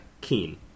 Keen